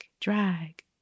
drag